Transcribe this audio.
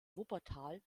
wuppertal